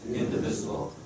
indivisible